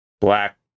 black